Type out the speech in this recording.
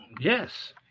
Yes